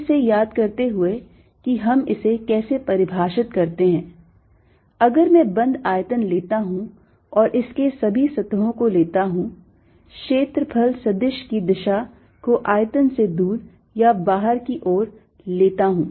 फिर से याद करते हुए कि हम इसे कैसे परिभाषित करते हैं अगर मैं बंद आयतन लेता हूं और इसके सभी सतहों को लेता हूं क्षेत्रफल सदिश की दिशा को आयतन से दूर या बाहर की ओर लेता हूं